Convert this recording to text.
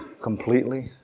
completely